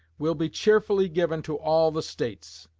will be cheerfully given to all the states,